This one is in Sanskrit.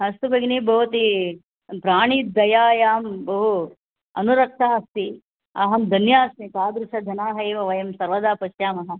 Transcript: अस्तु भगिनि भवती प्राणीदयायां बहु अनुरक्ता अस्ति अहं धन्यास्मि तादृशजनाः एव वयं सर्वदा पश्यामः